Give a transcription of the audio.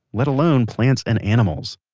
let alone plants and animals.